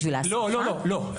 לא, לא.